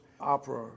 opera